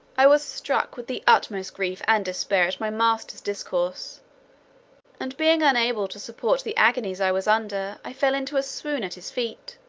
i was struck with the utmost grief and despair at my master's discourse and being unable to support the agonies i was under, i fell into a swoon at his feet.